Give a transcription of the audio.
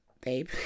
babe